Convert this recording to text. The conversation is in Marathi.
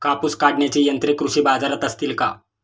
कापूस काढण्याची यंत्रे कृषी बाजारात असतील का?